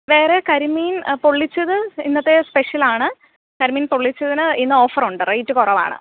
വേറെ കരിമീൻ പൊള്ളിച്ചത് ഇന്നത്തെ സ്പെഷ്യലാണ് കരിമീൻ പൊള്ളിച്ചതിന് ഇന്ന് ഓഫർ ഉണ്ട് റേറ്റ് കുറവാണ്